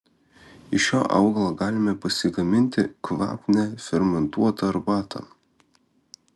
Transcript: iš šio augalo galime pasigaminti kvapnią fermentuotą arbatą